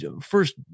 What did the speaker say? first